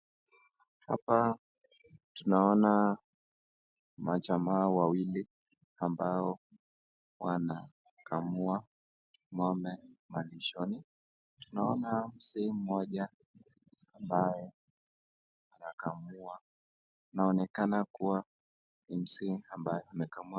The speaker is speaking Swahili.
Hapa tunaona majamaa wawili ambao wanakamua malishoni naona Mzee moja ambaye anakamua anonekana kuwa jinzi ambaye anakamua.